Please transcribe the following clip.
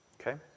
Okay